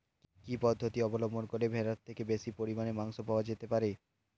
কি পদ্ধতিতে অবলম্বন করলে ভেড়ার থেকে বেশি পরিমাণে মাংস পাওয়া যেতে পারে?